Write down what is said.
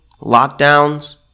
lockdowns